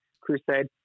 crusade